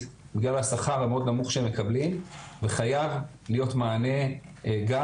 בגלל השכר מאוד נמוך שהם מקבלים וחייב להיות מענה גם